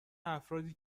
افرادی